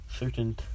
Certain